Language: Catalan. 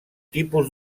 tipus